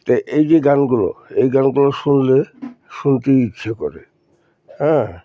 তো এই যে গানগুলো এই গানগুলো শুনলে শুনতেই ইচ্ছে করে হ্যাঁ